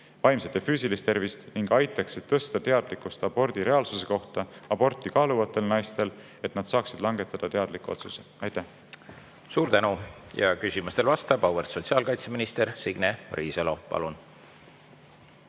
vaimset ja füüsilist tervist ning aitaksid tõsta teadlikkust abordi reaalsuse kohta aborti kaaluvatel naistel, et nad saaksid langetada teadliku otsuse?" Aitäh! Suur tänu! Küsimustele vastab auväärt sotsiaalkaitseminister Signe Riisalo. Palun!